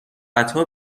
قطار